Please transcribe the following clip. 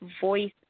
voice